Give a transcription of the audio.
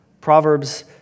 Proverbs